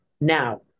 Now